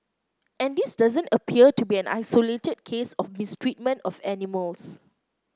and this doesn't appear to be an isolated case of mistreatment of animals